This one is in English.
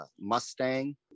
mustang